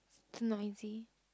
too noisy